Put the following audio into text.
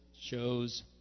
shows